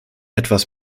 etwas